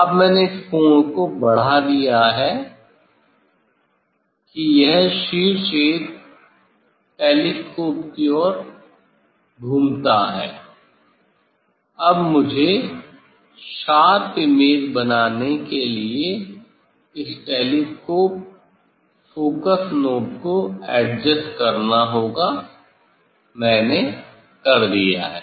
अब मैंने इस कोण को बढ़ा दिया है कि यह शीर्ष एज टेलीस्कोप की ओर घूमता है अब मुझे शार्प इमेज बनाने के लिए इस टेलीस्कोप फोकस नॉब को एडजस्ट करना होगा मैंने कर दिया है